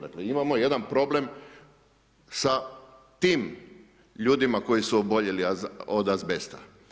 Dakle, imamo jedan problem sa tim ljudima koji su oboljeli od azbesta.